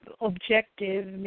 objective